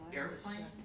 airplane